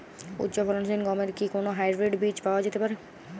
উচ্চ ফলনশীল গমের কি কোন হাইব্রীড বীজ পাওয়া যেতে পারে?